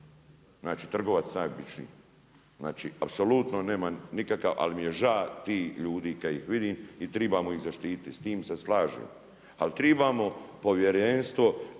znači trgovac najobičniji. Znači, apsolutno nema nikakve, ali mi je žao tih ljudi kad ih vidim i trebamo ih zaštititi, s tim se slažem. Ali trebamo povjerenstvo